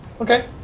Okay